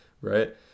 right